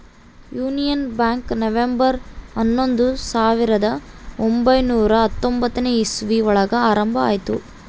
union Bank November ಹನ್ನೊಂದು ಸಾವಿರದ ಒಂಬೈನುರ ಹತ್ತೊಂಬತ್ತು ಇಸ್ವಿ ಒಳಗ ಆರಂಭ ಆಯ್ತು